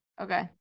Okay